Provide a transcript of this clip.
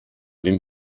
dem